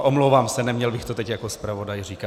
Omlouvám se, neměl bych to teď jako zpravodaj říkat.